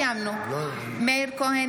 נוכח מאיר כהן,